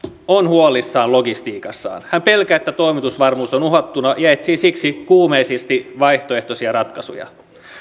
on huolissaan logistiikastaan hän pelkää että toimitusvarmuus on uhattuna ja etsii siksi kuumeisesti vaihtoehtoisia ratkaisuja